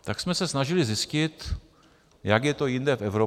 Tak jsme se snažili zjistit, jak je to jinde v Evropě.